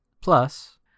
Plus